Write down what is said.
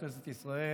כנסת ישראל,